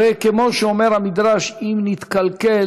הרי כמו שאומר המדרש, אם נקלקל,